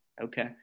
Okay